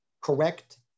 correct